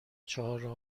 چهارراه